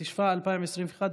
התשפ"א 2021,